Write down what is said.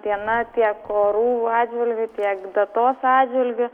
diena tiek orų atžvilgiu tiek datos atžvilgiu